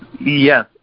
Yes